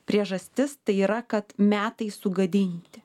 priežastis tai yra kad metai sugadinti